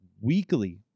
weekly